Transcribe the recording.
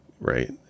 right